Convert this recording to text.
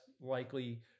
likely